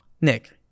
Nick